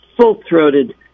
full-throated